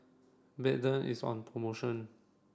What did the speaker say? Bedpans is on promotion